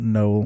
no